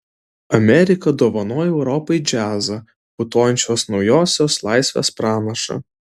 amerika dovanoja europai džiazą putojančios naujosios laisvės pranašą